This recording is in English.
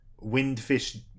windfish